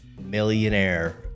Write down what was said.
millionaire